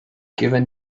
given